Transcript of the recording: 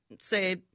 say